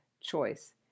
choice